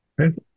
okay